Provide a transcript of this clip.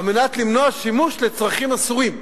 על מנת למנוע שימוש לצרכים אסורים.